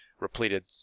Repleted